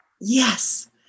Yes